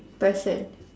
person